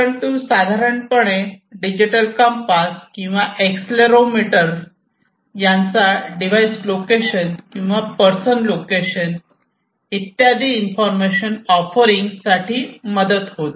परंतु सर्व साधारणपणे जीपीएस डिजिटल कंपास किंवा एक्सेलेरोमीटर यांचा डिवाइस लोकेशन किंवा पर्सन लोकेशन इत्यादी इन्फॉर्मेशन ऑफरिंग साठी मदत होते